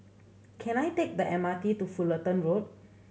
can I take the M R T to Fullerton Road